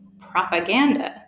propaganda